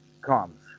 comes